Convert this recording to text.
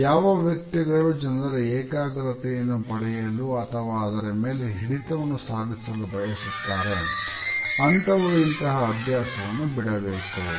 ಯಾವ ವ್ಯಕ್ತಿಗಳು ಜನರ ಏಕಾಗ್ರತೆಯನ್ನು ಪಡೆಯಲು ಅಥವಾ ಅವರ ಮೇಲೆ ಹಿಡಿತವನ್ನು ಸಾಧಿಸಲು ಬಯಸುತ್ತಾರೆ ಅಂತವರು ಇಂತಹ ಅಭ್ಯಾಸವನ್ನು ಬಿಡಬೇಕು